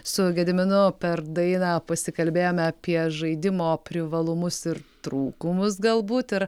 su gediminu per dainą pasikalbėjome apie žaidimo privalumus ir trūkumus galbūt ir